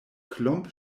klomp